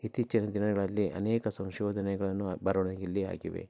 ಇತ್ತೀಚಿನ ದಿನಗಳಲ್ಲಿ ಅನೇಕ ಸಂಶೋಧನೆಗಳನ್ನು ಬರವಣಿಗೆಯಲ್ಲಿ ಆಗಿವೆ